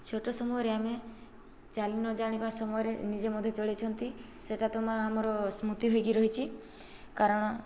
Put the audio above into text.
ଛୋଟ ସମୟରେ ଆମେ ଚାଲି ନ ଜାଣିବା ସମୟରେ ନିଜେ ମଧ୍ୟ ଚଳେଇ ଛନ୍ତି ସେଟାତ ମ ଆମର ସ୍ମୃତି ହୋଇକି ରହିଛି କାରଣ